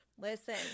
Listen